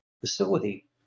facility